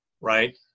right